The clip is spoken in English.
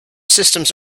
systems